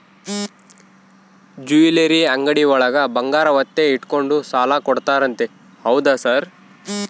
Jewellery ಅಂಗಡಿಯೊಳಗ ಬಂಗಾರ ಒತ್ತೆ ಇಟ್ಕೊಂಡು ಸಾಲ ಕೊಡ್ತಾರಂತೆ ಹೌದಾ ಸರ್?